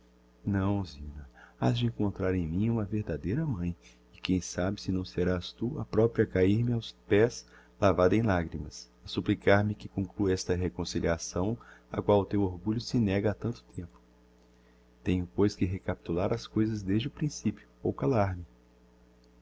não zina has de encontrar em mim uma verdadeira mãe e quem sabe se não serás tu a propria a cair me aos pés lavada em lagrimas a supplicar me que conclua essa reconciliação á qual o teu orgulho se nega ha tanto tempo tenho pois que recapitular as coisas desde o principio ou calar-me